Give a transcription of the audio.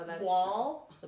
wall